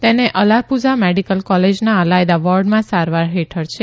તે અલાપુજા મેડીકલ કોલેજના અલાયદા વોર્ડમાં સારવાર હેઠળ છે